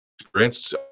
experience